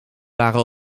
waren